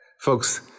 folks